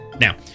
Now